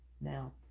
Now